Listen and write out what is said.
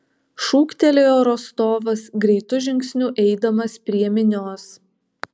šūktelėjo rostovas greitu žingsniu eidamas prie minios